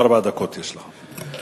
ארבע דקות יש לך.